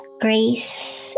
grace